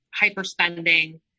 hyperspending